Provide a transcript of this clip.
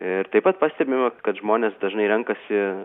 ir taip pat pastebima kad žmonės dažnai renkasi